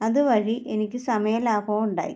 അതുവഴി എനിക്ക് സമയ ലാഭവും ഉണ്ടായി